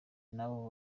nabo